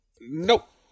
Nope